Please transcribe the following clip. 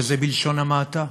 וזה בלשון המעטה,